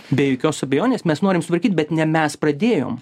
be jokios abejonės mes norim sutvarkyt bet ne mes pradėjom